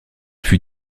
fut